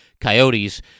Coyotes